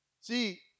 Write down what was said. See